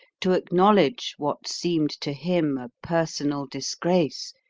to acknowledge what seemed to him a personal disgrace,